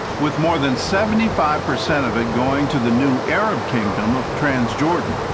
with more than seventy five percent of it going to the new arab kingdom of transjordan.